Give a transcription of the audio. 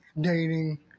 dating